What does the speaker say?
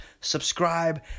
subscribe